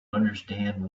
understand